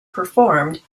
performed